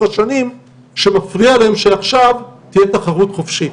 השנים שמפריע להם שעכשיו תהיה תחרות חופשית.